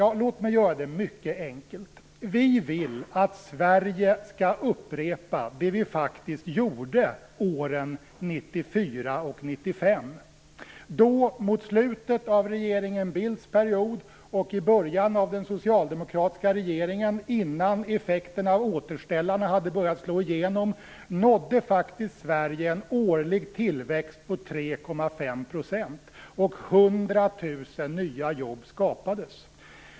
Ja, låt mig göra det mycket enkelt. Vi vill att Sverige skall upprepa det vi faktiskt gjorde åren 1994 och 1995. Mot slutet av regeringen Bildts period och i början av den socialdemokratiska regeringen, innan effekterna och återställarna hade börjat slå igenom, nådde Sverige en årlig tillväxt på 3,5 %, och 100 000 nya jobb skapades.